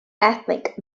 ethnic